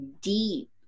deep